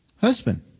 Husband